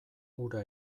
hura